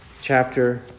chapter